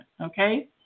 Okay